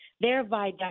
thereby